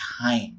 time